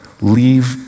leave